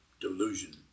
delusion